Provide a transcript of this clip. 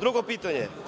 Drugo pitanje,